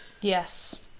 Yes